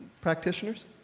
practitioners